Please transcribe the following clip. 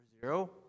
zero